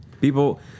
People